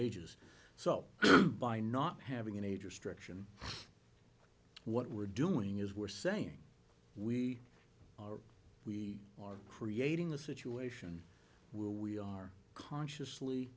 ages so by not having an age restriction what we're doing is we're saying we are we are creating a situation where we are consciously